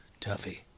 Tuffy